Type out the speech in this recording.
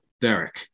Derek